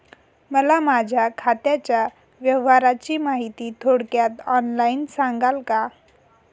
मला माझ्या खात्याच्या व्यवहाराची माहिती थोडक्यात ऑनलाईन सांगाल का?